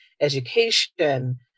education